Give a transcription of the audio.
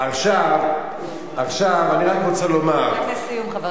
עכשיו אני רק רוצה לומר, רק לסיום, חבר הכנסת.